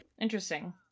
Interesting